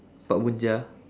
pak bun ja